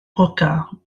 brocard